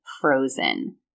Frozen